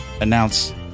announce